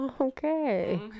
okay